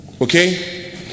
Okay